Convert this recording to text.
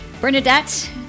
Bernadette